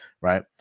right